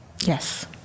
Yes